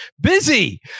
busy